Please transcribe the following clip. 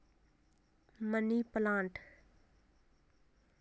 बिना बीज के उगने वाले एक पौधे का नाम बताइए